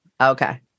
Okay